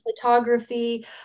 photography